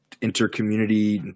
inter-community